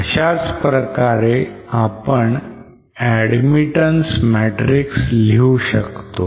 अशाच प्रकारे आपण admittance matrix लिहू शकतो